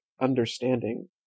understanding